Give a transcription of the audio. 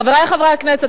חברי חברי הכנסת,